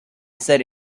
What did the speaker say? said